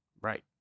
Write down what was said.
Right